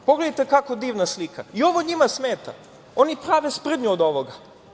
Pogledajte kako divna slika i ovo njima smeta, oni prave sprdnju od ovoga.